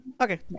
Okay